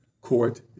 Court